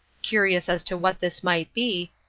curious as to what this might be,